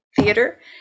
theater